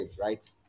right